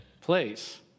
place